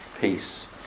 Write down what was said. peace